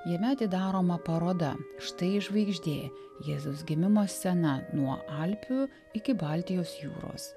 jame atidaroma paroda štai žvaigždė jėzaus gimimo scena nuo alpių iki baltijos jūros